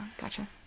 Gotcha